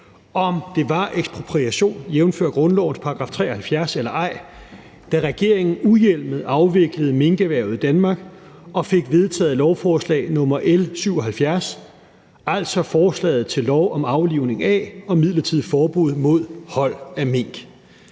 om det var ekspropriation, jævnfør grundlovens § 73, eller ej, da regeringen uhjemlet afviklede minkerhvervet i Danmark og fik vedtaget lovforslag nr. L 77, altså forslaget til lov om aflivning af og midlertidigt forbud mod hold af mink.